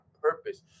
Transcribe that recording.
purpose